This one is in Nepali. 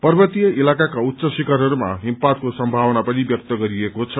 पार्वतीय इताकामा उच्च शिखरहरूमा हिमपातको सम्पावना पनि व्यक्त गरिएको छ